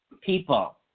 people